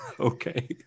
Okay